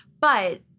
But-